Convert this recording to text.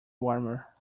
warmer